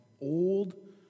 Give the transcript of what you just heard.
old